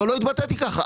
אבל לא התבטאתי ככה.